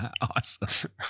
Awesome